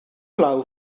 glaw